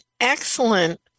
excellent